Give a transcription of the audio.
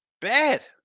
bad